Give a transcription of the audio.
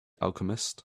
alchemist